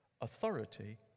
authority